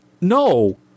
No